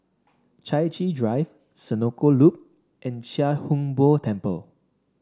Chai Chee Drive Senoko Loop and Chia Hung Boo Temple